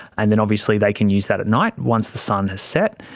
and then obviously they can use that at night once the sun has set.